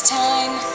time